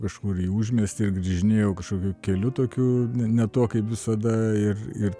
kažkur į užmiestį ir grįžinėjau kažkokiu keliu tokiu ne tuo kaip visada ir ir